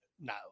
No